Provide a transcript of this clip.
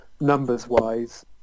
numbers-wise